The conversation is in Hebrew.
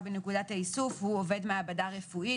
בנקודת האיסוף הוא עובד מעבדה רפואית,